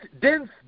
dense